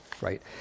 right